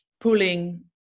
pulling